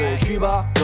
Cuba